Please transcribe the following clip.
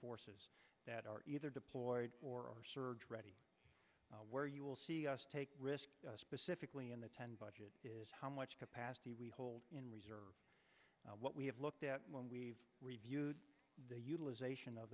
forces that are either deployed or surge ready where you'll see us take risks specifically in the ten budget is how much capacity we hold in reserve what we have looked at when we've reviewed the utilization of